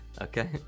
okay